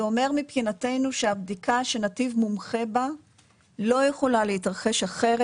זה אומר מבחינתנו שהבדיקה שנתיב מומחה בה לא יכולה להתרחש אחרת.